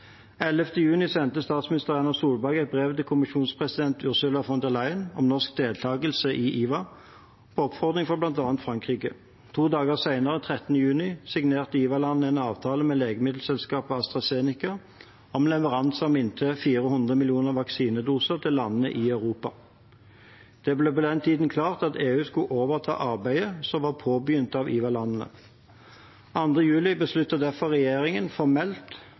juni sendte statsminister Erna Solberg et brev til kommisjonspresident Ursula von der Leyen om norsk deltakelse i IVA, på oppfordring fra bl.a. Frankrike. To dager senere, 13. juni, signerte IVA-landene en avtale med legemiddelselskapet AstraZeneca om leveranse av inntil 400 millioner vaksinedoser til landene i Europa. Det ble på den tiden klart at EU skulle overta arbeidet som var påbegynt av IVA-landene. Den 2. juli besluttet derfor regjeringen formelt